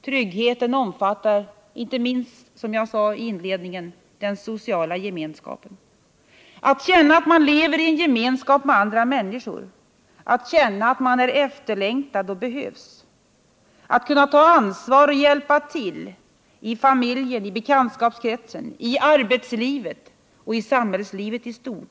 Tryggheten omfattar inte minst den sociala gemenskapen. Att känna att man lever i gemenskap med andra människor. Att känna att man är efterlängtad och behövs. Att kunna ta ansvar och hjälpa till — i familjen, i bekantskapskretsen, i arbetslivet och i samhällslivet i stort.